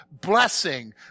blessing